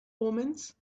omens